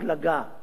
חורבן העולם.